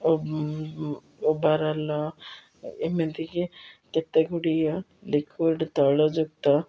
overall ଏମିତିକି କେତେଗୁଡ଼ିଏ liquid ତୈଳଯୁକ୍ତ